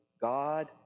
God